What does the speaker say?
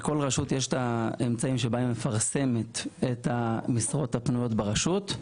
לכל רשות יש את האמצעים שבה היא מפרסמת את המשרות הפנויות ברשות.